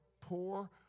poor